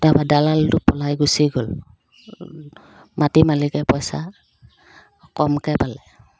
তাৰপৰা দালালটো পলাই গুচি গ'ল মাটিৰ মালিকে পইচা কমকৈ পালে